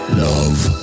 love